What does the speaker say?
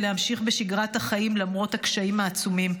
ולהמשיך בשגרת החיים למרות הקשיים העצומים.